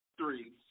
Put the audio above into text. three